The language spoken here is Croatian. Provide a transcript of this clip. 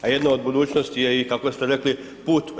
A jedna od budućnosti je i kako ste rekli put u EU.